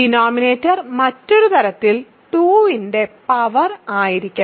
denominator മറ്റൊരു തരത്തിൽ 2 ന്റെ പവർ ആയിരിക്കണം